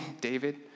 David